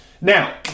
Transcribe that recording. Now